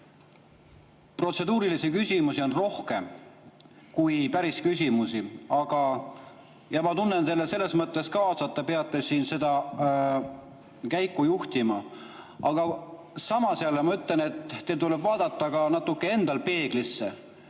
protseduurilisi küsimusi on rohkem kui päris küsimusi, ja ma tunnen teile selles mõttes kaasa, et te peate siin seda käiku juhtima. Aga samas ma ütlen, et teil tuleb natuke ka endal peeglisse